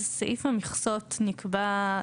אז סעיף המכסות נקבע,